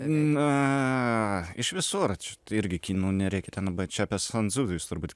na iš visur čia irgi kinų nereikia ten bet čia apie sanzuvį jūs turbūt